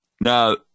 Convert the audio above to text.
Now